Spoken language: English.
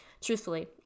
truthfully